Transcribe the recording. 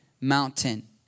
mountain